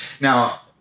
Now